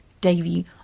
Davy